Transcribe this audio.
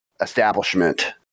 establishment